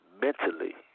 mentally